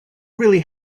really